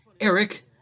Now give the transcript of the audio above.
Eric